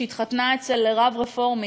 שהתחתנה אצל רב רפורמי,